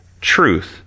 truth